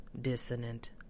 dissonant